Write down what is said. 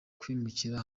kwimukira